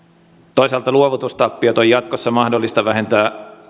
toisaalta luovutustappiot on jatkossa mahdollista vähentää